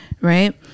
right